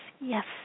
Yes